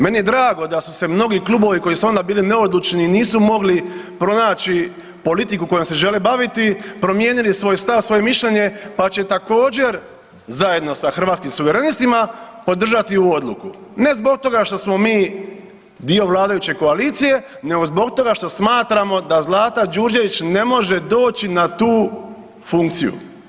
Meni je drago da su se mnogi klubovi koji su onda bili neodlučni, nisu mogli pronaći politiku kojom se žele baviti, promijenili svoj stav, svoje mišljenje, pa će također zajedno sa Hrvatskim suverenistima podržati ovu odluku, ne zbog toga što smo mi dio vladajuće koalicije nego zbog toga što smatramo da Zlata Đurđević ne može doći na tu funkciju.